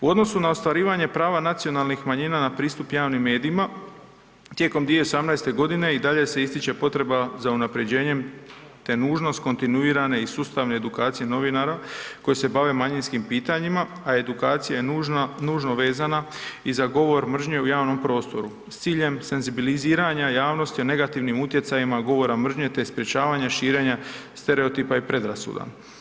U odnosu na ostvarivanja prava nacionalnih manjina na pristup javnim medijima, tijekom 2018. g., i dalje se ističe potreba za unaprjeđenjem te nužnost kontinuirane i sustavne edukacije novinara koji se bave manjinskim pitanjima a edukacija je nužno vezana i za govor mržnje u javnom prostoru s ciljem senzibiliziranja javnosti o negativnim utjecajima govora mržnje te sprječavanja širenja stereotipa i predrasuda.